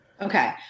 Okay